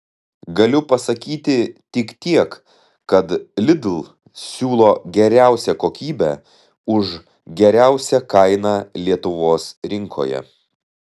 galiu pasakyti tik tiek kad lidl siūlo geriausią kokybę už geriausią kainą lietuvos rinkoje